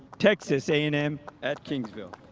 texas a and m at kingsville.